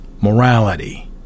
morality